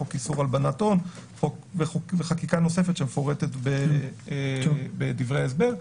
חוק איסור הלבנת הון וחקיקה נוספת שמפורטת בדברי ההסבר.